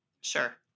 sure